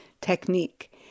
technique